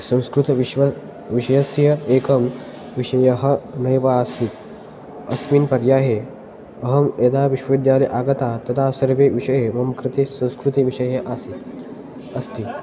संस्कृतविश्वविषयस्य एकः विषयः नैव आसीत् अस्मिन् पर्याये अहं यदा विश्वविद्यालये आगतः तदा सर्वे विषयाः मम कृते संस्कृतिविषये आसीत् अस्ति